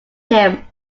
him